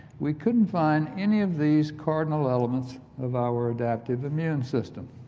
we couldn't find any of these cardinal elements of our adaptive immune system,